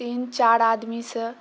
तीन चारि आदमीसँ